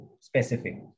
specific